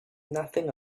nothing